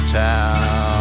town